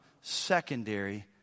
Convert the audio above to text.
secondary